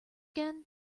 again